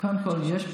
קודם כול, זה מסודר.